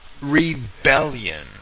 rebellion